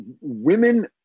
women